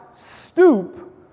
stoop